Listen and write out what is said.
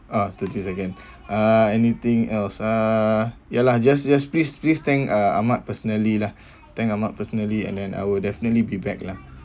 ah thirty second uh anything else uh ya ah just just please please thank uh ahmad personally lah thank ahmad personally and then I will definitely be back lah